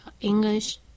English